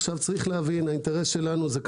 צריך להבין האינטרס שלנו זה,